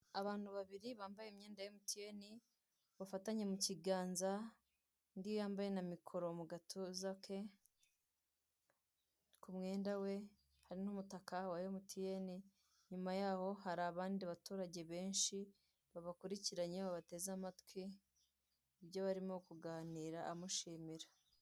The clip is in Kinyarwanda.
Abantu babiri bambaye imyenda ya emutiyene bafatanye mu kiganza, undi yambaye na mikoro mu gatuza ke k'umwenda we, hari n'umutaka wa emutiyene, inyuma yaho hari abandi baturage benshi babakurikiranye babateze amatwi ibyo barimo kuganira amushimira.